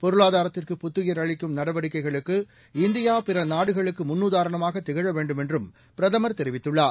பொருளாதாரத்திற்கு புத்துயிர் அளிக்கும் நடவடிக்கைகளுக்கு இந்தியா பிற நாடுகளுக்கு முன்னுதாரணமாக திகழ வேண்டுமென்றும் பிரதமர் தெரிவித்துள்ளார்